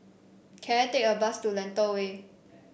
can I take a bus to Lentor Way